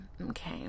okay